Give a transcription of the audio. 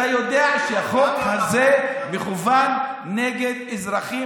אתה יודע שהחוק הזה מכוון נגד אזרחים